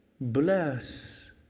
bless